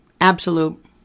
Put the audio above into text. absolute